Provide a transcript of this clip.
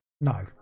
No